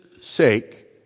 sake